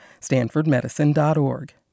StanfordMedicine.org